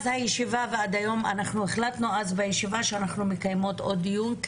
בישיבה הקודמת החלטנו שנקיים עוד דיון,